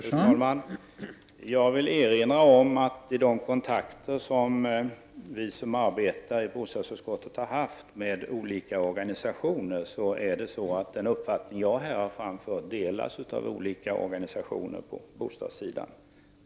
Fru talman! Jag vill erinra om att den uppfattning jag här har framfört delas av olika organisationer på bostadsområdet som har tagit kontakt med oss som arbetar inom bostadsutskottet.